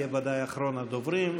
תהיה ודאי אחרון הדוברים.